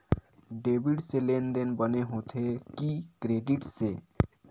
Debit से लेनदेन बने होथे कि क्रेडिट से?